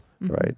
Right